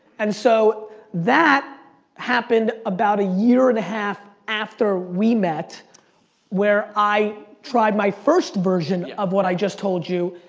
and so that happened about a year and a half after we met where i tried my first version of what i just told you,